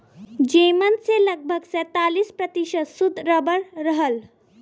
जेमन से लगभग सैंतालीस प्रतिशत सुद्ध रबर रहल